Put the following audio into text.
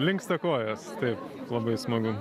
linksta kojos taip labai smagu